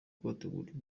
kubategurira